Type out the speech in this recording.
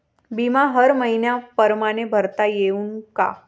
बिमा हर मइन्या परमाने भरता येऊन का?